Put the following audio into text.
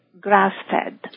grass-fed